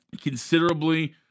Considerably